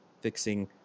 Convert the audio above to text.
fixing